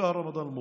(אומר בערבית: חודש הרמדאן המבורך,)